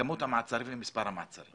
כמות המעצרים ומספר המעצרים.